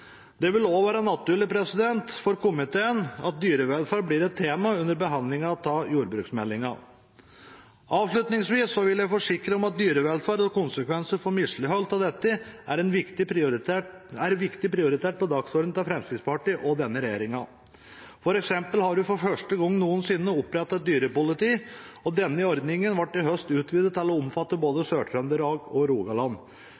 Det vil også være naturlig for komiteen at dyrevelferd blir et tema under behandlingen av jordbruksmeldingen. Avslutningsvis vil jeg forsikre om at dyrevelferd og konsekvenser av mislighold av denne er en viktig prioritet på dagsordenen for Fremskrittspartiet og denne regjeringen. For eksempel har det for første gang noensinne blitt opprettet et dyrepoliti, og denne ordningen ble i høst utvidet til å omfatte